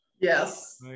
Yes